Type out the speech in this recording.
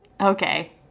okay